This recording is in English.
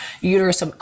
uterus